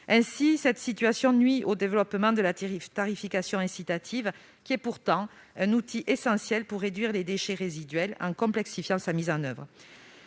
Cette situation nuit au développement de la tarification incitative, qui est pourtant un outil essentiel pour réduire les déchets résiduels. Pour simplifier la mise en oeuvre